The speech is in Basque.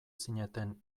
zineten